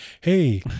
hey